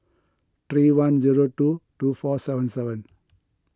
three one zero two two four seven seven